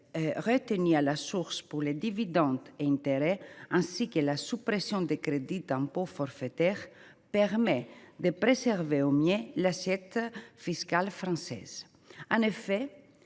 retenue à la source pour les dividendes et intérêts, ainsi que la suppression des crédits d’impôts forfaitaires, permet de préserver au mieux l’assiette fiscale française. En effet,